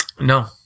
No